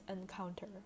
encounter